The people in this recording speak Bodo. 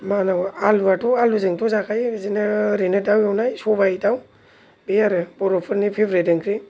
मानाव आलु आथ' आलुजोंथ' जाखायो बिदिनो ओरैनो दाव एवनाय सबाय दाव बे आरो बर'फोरनि फेब्रेद ओंख्रि